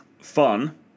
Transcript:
fun